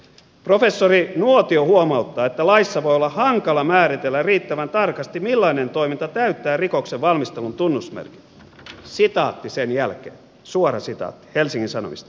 professori nuotio huomauttaa että laissa voi olla hankala määritellä riittävän tarkasti millainen toiminta täyttää rikoksen valmistelun tunnusmerkit sitaatti sen jälkeen suarezin ja helsingin sanomista